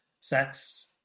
sex